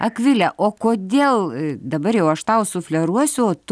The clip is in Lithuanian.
akvile o kodėl dabar jau aš tau sufleruosiu o tu